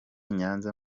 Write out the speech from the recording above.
nyanza